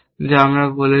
যা আমরা বলছি